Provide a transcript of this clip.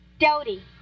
Dodie